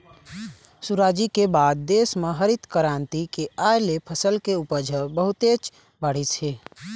सुराजी के बाद देश म हरित करांति के आए ले फसल के उपज ह बहुतेच बाढ़िस हे